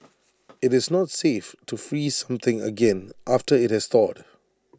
IT is not safe to freeze something again after IT has thawed